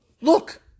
Look